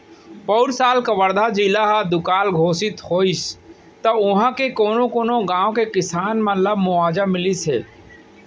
पउर साल कवर्धा जिला ह दुकाल घोसित होइस त उहॉं के कोनो कोनो गॉंव के किसान मन ल मुवावजा मिलिस हे